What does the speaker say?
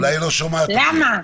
למה?